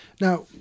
Now